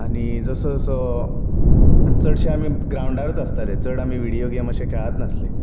आनी जसो जसो आनी चडशे आमी ग्रांवडारूच आसताले चड आमी व्हिडीयो गेम अशें खेळच नासले